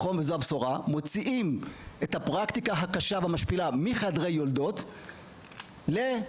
מוציאים את הפרקטיקה הקשה והמשפילה מחדרי היולדות לגניקולוגים.